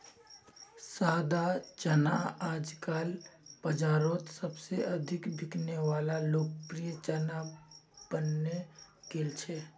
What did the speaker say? सादा चना आजकल बाजारोत सबसे अधिक बिकने वला लोकप्रिय चना बनने गेल छे